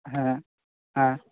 হ্যাঁ হ্যাঁ